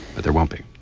but there won't be.